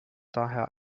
daher